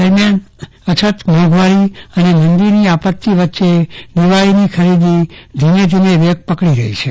દરમિયાન અછત મોંઘવારી અને મંદીની આપત્તી વચ્ચે દિવાળીની ખરીદી ધીમે ધીમે વેગ પકડી રહી છે